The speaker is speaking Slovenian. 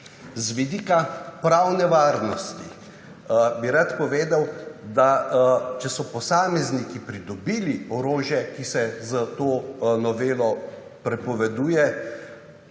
Z vidika pravne varnosti bi rad povedal, da če so posamezniki dobili orožje, ki se s to novelo prepoveduje,